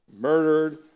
murdered